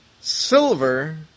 silver